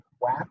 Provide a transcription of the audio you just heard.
WAP